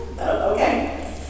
Okay